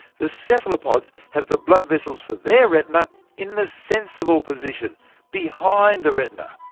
the cephalopods have the blood vessels for their retina in the sensible position behind the retina.